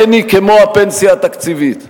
אין היא כמו הפנסיה התקציבית.